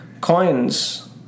coins